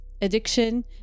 addiction